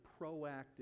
Proactive